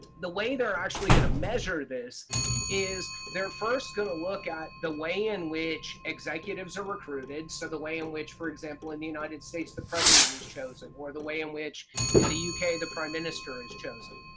the way they're actually going to measure this is they're first going to look at the way in which executives are recruited. so the way in which for example in the united states, the president is chosen, or the way in which in the yeah uk, the prime minister is chosen.